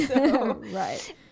Right